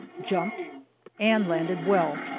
jumped and landed well,